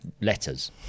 letters